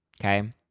okay